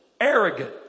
arrogant